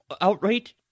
outright